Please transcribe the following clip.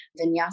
vinyasa